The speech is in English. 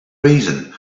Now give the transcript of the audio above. reason